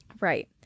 Right